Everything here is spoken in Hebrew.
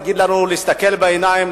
להסתכל בעיניים,